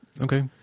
Okay